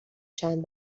چند